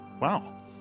Wow